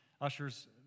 ushers